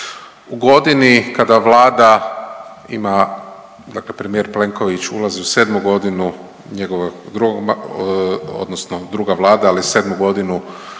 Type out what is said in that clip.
U godini kada Vlada ima, dakle premijer Plenković ulazi u sedmu godinu njegovog drugog, odnosno druga Vlada ali sedmu godinu